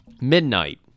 midnight